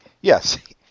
Yes